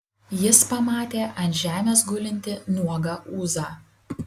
jis pamatė ant žemės gulintį nuogą ūzą